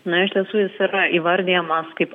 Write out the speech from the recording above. na iš tiesų jis yra įvardijamas kaip